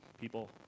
people